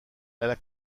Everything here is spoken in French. elle